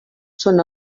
són